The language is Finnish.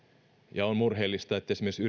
ja on murheellista että esimerkiksi